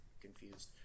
confused